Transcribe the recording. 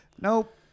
Nope